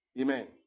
Amen